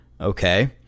Okay